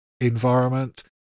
environment